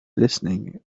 listening